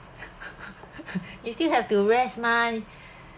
you still have to rest mah